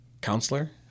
counselor